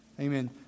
Amen